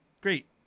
Great